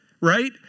right